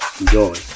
enjoy